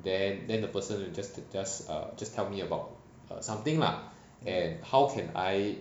then then the person will just just err just tell me about err something lah and how can I